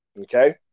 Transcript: okay